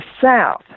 South